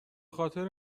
خاطر